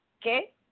Okay